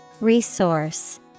Resource